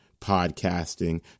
podcasting